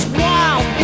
wild